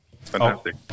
fantastic